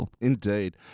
indeed